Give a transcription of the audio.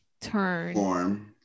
turn